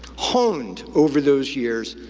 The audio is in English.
honed over those years,